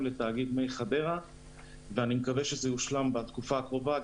לתאגיד מי חדרה ואני מקווה שזה יושלם בתקופה הקרובה.